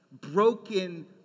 broken